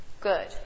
Good